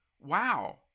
Wow